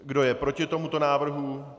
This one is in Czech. Kdo je proti tomuto návrhu?